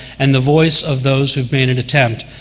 and the voice of those who have made an attempt,